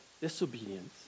disobedience